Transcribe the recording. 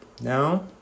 now